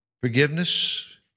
Forgiveness